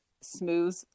smooth